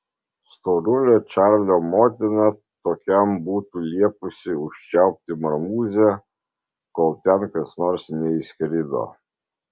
storulio čarlio motina tokiam būtų liepusi užčiaupti marmūzę kol ten kas nors neįskrido